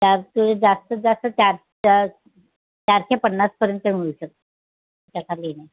चारशे जास्तीत जास्त चारच्या चारशे पन्नासपर्यंत होईल सर त्याच्याखाली नाही